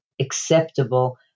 acceptable